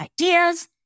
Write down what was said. ideas